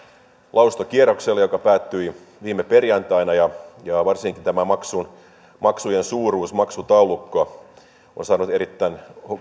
lausuntokierroksella joka päättyi viime perjantaina ja varsinkin tämä maksujen suuruus maksutaulukko on saanut erittäin